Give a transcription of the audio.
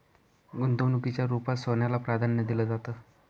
गुंतवणुकीच्या रुपात सोन्याला प्राधान्य दिलं जातं